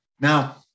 Now